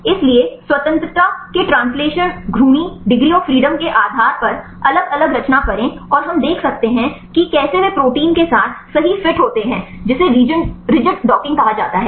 इसलिए स्वतंत्रता के ट्रांसलेशनल घूर्णी डिग्री ऑफ़ फ्रीडम के आधार पर अलग अलग रचना करें और हम देख सकते हैं कि कैसे वे प्रोटीन के साथ सही फिट होते हैं जिसे रिजिड डॉकिंग कहा जाता है